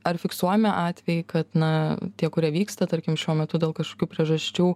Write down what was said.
ar fiksuojami atvejai kad na tie kurie vyksta tarkim šiuo metu dėl kažkokių priežasčių